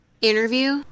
interview